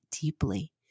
deeply